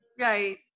Right